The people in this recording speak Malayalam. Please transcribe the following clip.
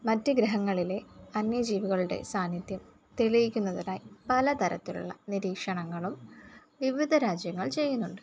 മറ്റ് ഗ്രഹങ്ങളിലെ അന്യജീവികളുടെ സാന്നിധ്യം തെളിയിക്കുന്നതിനായി പലതരത്തിലുള്ള നിരീക്ഷണങ്ങളും വിവിധ രാജ്യങ്ങൾ ചെയ്യുന്നുണ്ട്